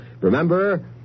Remember